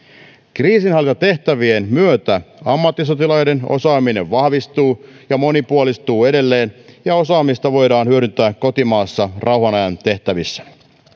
kriisinhallintatehtävien myötä ammattisotilaiden osaaminen vahvistuu ja monipuolistuu edelleen ja osaamista voidaan hyödyntää kotimaassa rauhanajan tehtävissä